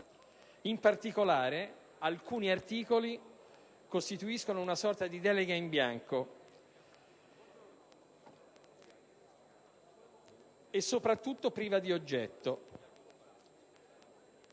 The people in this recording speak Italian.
In particolare, alcuni articoli costituiscono una sorta di delega in bianco e, soprattutto, priva di oggetto.